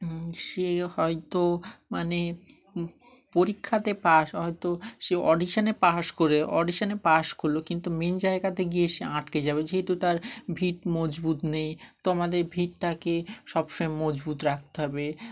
সে হয়তো মানে পরীক্ষাতে পাস হয়তো সে অডিশানে পাস করে অডিশানে পাস করলো কিন্তু মেন জায়গাতে গিয়ে সে আটকে যাবে যেহেতু তার ভিত মজবুত নেই তো আমাদের ভিতটাকে সবসময় মজবুত রাখতে হবে